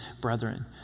brethren